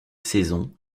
saisons